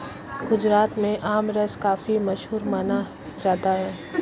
गुजरात में आमरस काफी मशहूर माना जाता है